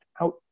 out